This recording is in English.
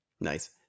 nice